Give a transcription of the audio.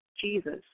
Jesus